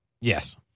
Yes